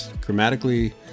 grammatically